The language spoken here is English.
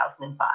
2005